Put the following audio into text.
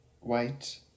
white